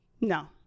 no